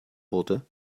wurde